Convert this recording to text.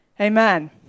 Amen